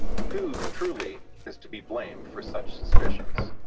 who, truly, is to be blamed for such suspicions?